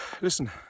Listen